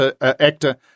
actor